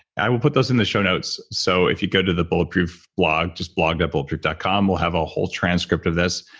i will put those in the show notes. so if you go to the bulletproof blog, just blog of bulletproof dot com, we'll have a whole transcript of this.